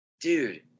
dude